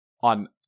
on